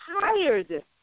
tired